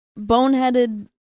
boneheaded